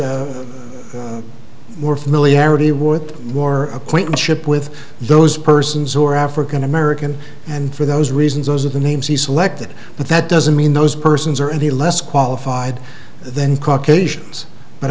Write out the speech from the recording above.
found more familiarity with war acquaintanceship with those persons who are african american and for those reasons those are the names he selected but that doesn't mean those persons are any less qualified than caucasians but